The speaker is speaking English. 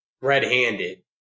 red-handed